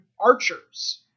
archers